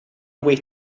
away